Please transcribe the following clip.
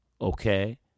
Okay